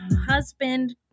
husband